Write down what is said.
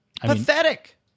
Pathetic